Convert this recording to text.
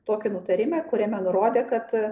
tokį nutarimą kuriame nurodė kad